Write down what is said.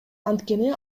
анткени